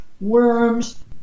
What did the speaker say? worms